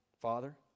Father